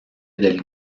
del